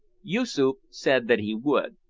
yoosoof said that he would,